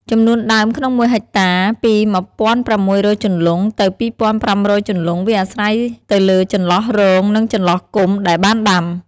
ចំនួនដើមក្នុង ១ហិកតា ពី ១៦០០ជន្លង់ ទៅ២៥០០ជន្លង់ វាអាស្រ័យទៅលើចន្លោះរង និងចន្លោះគុម្ព ដែលបានដាំ។